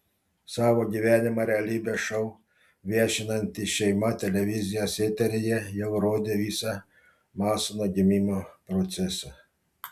savo gyvenimą realybės šou viešinanti šeima televizijos eteryje jau rodė visą masono gimimo procesą